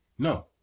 No